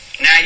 Now